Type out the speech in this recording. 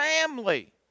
family